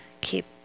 keep